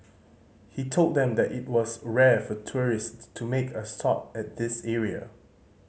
he told them that it was rare for tourists to make a stop at this area